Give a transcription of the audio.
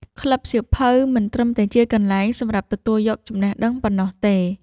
ក្លឹបសៀវភៅមិនត្រឹមតែជាកន្លែងសម្រាប់ទទួលយកចំណេះដឹងប៉ុណ្ណោះទេ។